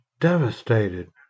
devastated